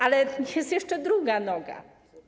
Ale jest jeszcze druga noga.